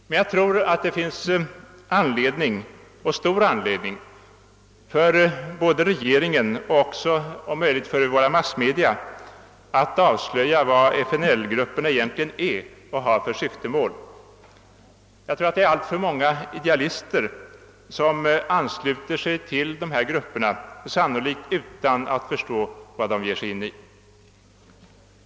Men jag tror att det finns stor anledning för både regeringen och våra massmedia att avslöja vad FNL grupperna egentligen är och vad de har för syftemål. Jag tror att det finns alltför många idealister som ansluter sig till dessa grupper utan att förstå vad de ger sig in i.